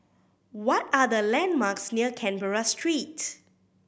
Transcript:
what are the landmarks near Canberra Street